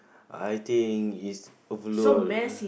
I think is overload